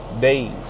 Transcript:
days